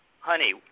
honey